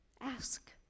ask